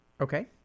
Okay